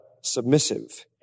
submissive